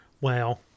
Wow